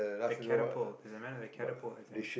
the catapult there's a man with a catapult I think